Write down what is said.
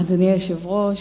אדוני היושב-ראש,